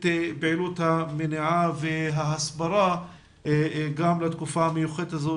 פעילות המניעה וההסברה גם לתקופה המיוחדת הזאת,